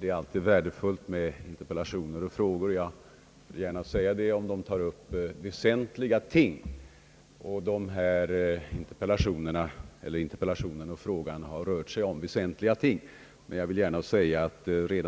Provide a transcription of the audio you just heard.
Det är alltid värdefullt med interpellationer och frågor som aktualiserar väsentliga problem, och de föreliggande spörsmålen hör till den kategorin, men jag vill gärna säga att vi